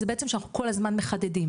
זה בעצם שאנחנו כל הזמן מחדדים,